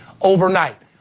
overnight